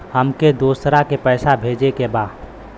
हमके दोसरा के पैसा भेजे के बा?